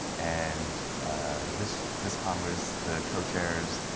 and this this congress, the cochairs,